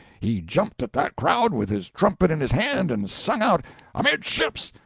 he jumped at that crowd, with his trumpet in his hand, and sung out amidships!